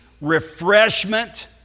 refreshment